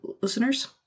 listeners